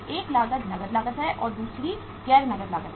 एक लागत नकद लागत है और दूसरी गैर नकद लागत है